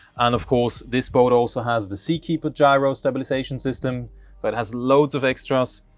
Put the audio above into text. and of course this boat also has the sea keeper gyro stabilization system it has loads of extras